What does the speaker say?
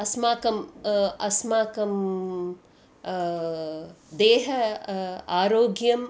अस्माकम् अस्माकं देहः आरोग्यम्